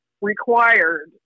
required